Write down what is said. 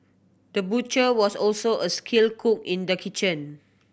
the butcher was also a skilled cook in the kitchen